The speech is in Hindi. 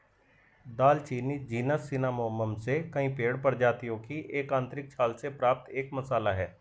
दालचीनी जीनस सिनामोमम से कई पेड़ प्रजातियों की आंतरिक छाल से प्राप्त एक मसाला है